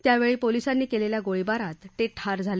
यावेळी पोलिसांनी केलेल्या गोळीबारात ते ठार झाले